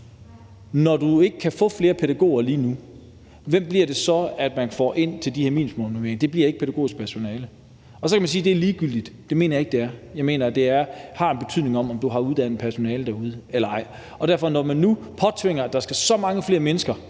når du ikke kan få flere pædagoger lige nu, hvem bliver det så, man får ind til de her minimumsnormeringer? Det bliver ikke pædagogisk personale, og så kan man sige, at det er ligegyldigt. Det mener jeg ikke at det er. Jeg mener, at det har en betydning, om du har uddannet personale derude eller ej. Derfor er jeg, når man nu påtvinger, at der skal så mange flere mennesker